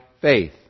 faith